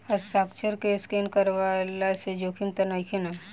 हस्ताक्षर के स्केन करवला से जोखिम त नइखे न?